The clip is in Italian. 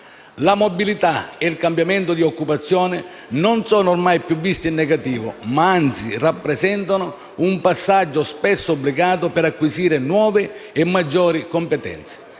La mobilità e il cambiamento di occupazione non sono ormai più visti in negativo, ma anzi rappresentano un passaggio spesso obbligato per acquisire nuove e maggiori competenze.